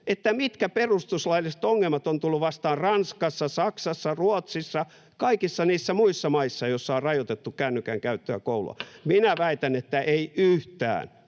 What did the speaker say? mitkä perustuslailliset ongelmat ovat tulleet vastaan Ranskassa, Saksassa, Ruotsissa, kaikissa niissä muissa maissa, joissa on rajoitettu kännykän käyttöä koulussa.